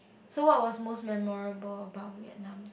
so what was most memorable about Vietnam